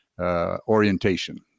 orientation